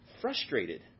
frustrated